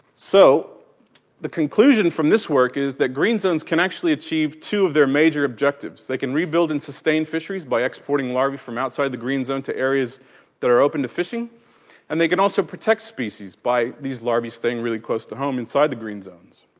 so the conclusion from this work is that green zones can actually achieve two of their major objectives they can rebuild and sustain fisheries by exporting larvae from outside the green zone to areas that are open to fishing and they can also protect species by these larvae staying really close to home inside the green zones.